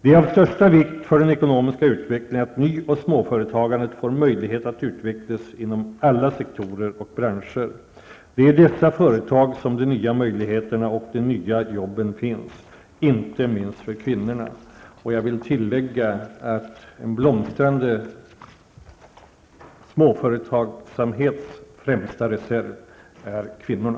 Det är av största vikt för den ekonomiska utvecklingen att ny och småföretagandet får möjlighet att utvecklas inom alla sektorer och branscher. Det är i dessa företag som de nya möjligheterna och de nya arbeten finns, inte minst för kvinnorna. En blomstrande småföretagsamhets främsta reserv är kvinnorna.